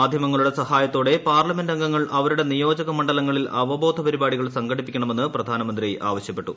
മാധ്യമങ്ങളുടെ സഹായത്തോടെ പാർലമെന്റ് അംഗങ്ങൾ അവരുടെ നിയോജക മണ്ഡലങ്ങളിൽ അവബോധ പരിപാടികൾ സംഘടിപ്പിക്കണമെന്ന് പ്രധാനമന്ത്രി ആവശ്യപ്പെട്ടു